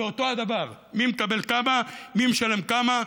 זה אותו הדבר: מי מקבל כמה, מי משלם כמה.